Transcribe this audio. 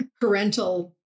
parental